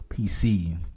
pc